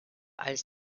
als